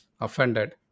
offended